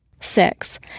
Six